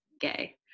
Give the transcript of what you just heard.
gay